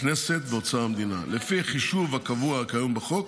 הכנסת ואוצר המדינה, לפי החישוב הקבוע כיום בחוק.